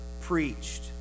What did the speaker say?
preached